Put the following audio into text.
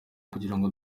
kugirango